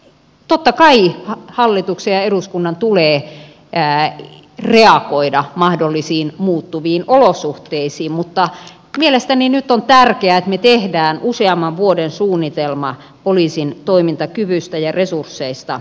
totta kai hallituksen ja eduskunnan tulee reagoida mahdollisiin muuttuviin olosuhteisiin mutta mielestäni nyt on tärkeää että me teemme useamman vuoden suunnitelman poliisin toimintakyvystä ja resursseista eteenpäin